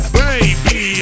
baby